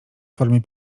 formie